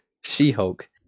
She-Hulk